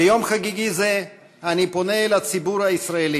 ביום חגיגי זה אני פונה אל הציבור הישראלי,